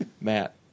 Matt